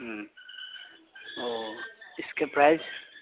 ہوں اوہ اس کے پرائز